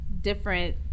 different